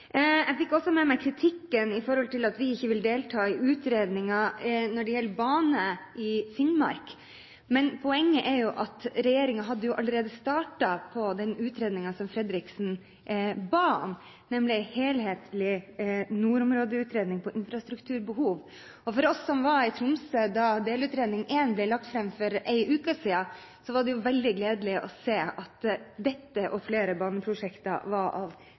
Jeg fikk også med meg kritikken med hensyn til at vi ikke vil delta i utredninger når det gjelder bane i Finnmark. Men poenget er jo at regjeringen allerede hadde startet på den utredningen som Fredriksen ba om, nemlig en helhetlig nordområdeutredning av infrastrukturbehov. For oss som var i Tromsø da delutredning 1 ble lagt fram for en uke siden, var det veldig gledelig å se at dette og flere baneprosjekter var